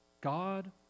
God